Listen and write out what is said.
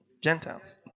Gentiles